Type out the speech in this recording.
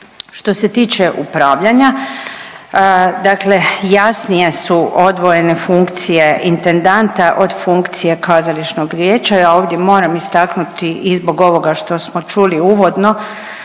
Što se tiče upravljanja, dakle jasnije su odvojene funkcije intendanta od funkcije kazališnog vijeća, ja ovdje moram istaknuli i zbog ovoga što smo čuli uvodno,